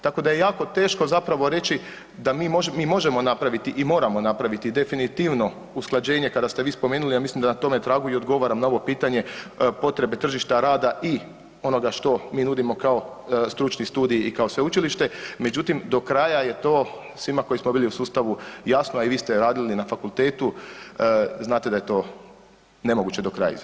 Tako da je jako teško zapravo reći da mi, mi možemo napraviti i moramo napraviti definitivno usklađenje kada ste vi spomenuli, ja mislim da na tome tragu i odgovaram na ovo pitanje potrebe tržišta rada i onoga što mi nudimo kao stručni studij i kao sveučilište, međutim do kraja je to svima koji smo bili u sustavu jasno, a i vi ste radili na fakultetu, znate da je to nemoguće do kraja izvesti.